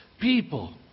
people